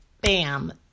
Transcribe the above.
bam